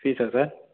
ஃபீஸா sir